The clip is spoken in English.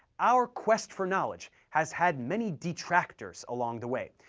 our quest for knowledge has had many detractors along the way,